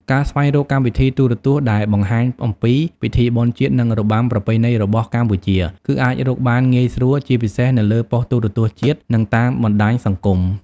ការស្វែងរកកម្មវិធីទូរទស្សន៍ដែលបង្ហាញអំពីពិធីបុណ្យជាតិ និងរបាំប្រពៃណីរបស់កម្ពុជា គឺអាចរកបានងាយស្រួល ជាពិសេសនៅលើប៉ុស្តិ៍ទូរទស្សន៍ជាតិ និងតាមបណ្តាញសង្គម។